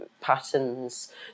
patterns